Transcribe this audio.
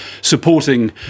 supporting